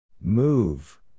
Move